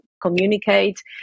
communicate